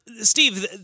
Steve